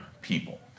people